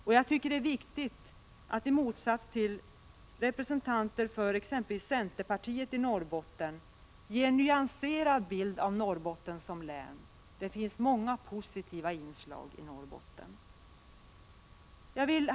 I motsats till exempelvis vissa representanter för centerpartiet i Norrbotten tycker jag det är viktigt att ge en nyanserad bild av Norrbotten som län. Det finns många positiva inslag i Norrbotten. Herr talman!